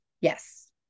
Yes